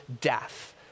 death